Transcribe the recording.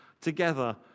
together